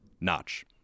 Notch